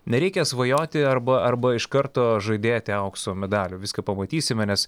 nereikia svajoti arba arba iš karto žadėti aukso medalių viską pamatysime nes